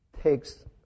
takes